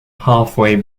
halfway